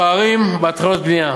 הפערים בהתחלות בנייה